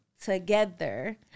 together